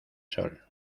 sol